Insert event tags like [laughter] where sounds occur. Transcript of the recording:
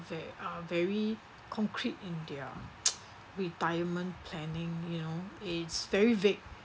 that are very concrete in their [noise] retirement planning you know it's very vague